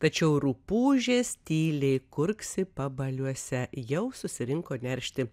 tačiau rupūžės tyliai kurksi pabaliuose jau susirinko neršti